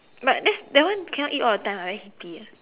but that's that one cannot eat all the time eh very heaty eh